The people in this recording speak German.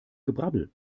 gebrabbel